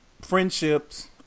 friendships